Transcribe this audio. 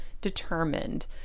determined